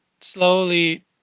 slowly